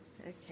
Okay